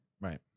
Right